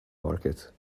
market